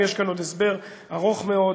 יש כאן עוד הסבר ארוך מאוד,